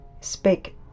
Speak